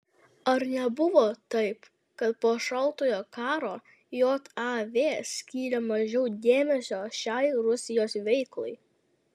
ar nebuvo taip kad po šaltojo karo jav skyrė mažiau dėmesio šiai rusijos veiklai